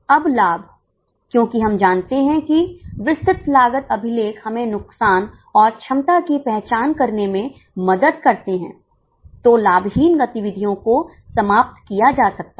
अब लाभ क्योंकि हम जानते हैं कि विस्तृत लागत अभिलेख हमें नुकसान और क्षमता की पहचान करने में मदद करते हैं तो लाभहीन गतिविधियों को समाप्त किया जा सकता है